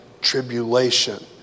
tribulation